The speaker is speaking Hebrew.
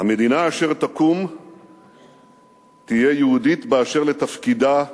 "המדינה אשר תקום תהיה יהודית באשר לתפקידה,